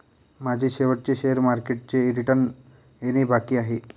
माझे शेवटचे शेअर मार्केटचे रिटर्न येणे बाकी आहे